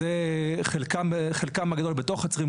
חלקם הגדול בתוך חצרים,